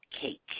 cake